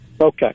Okay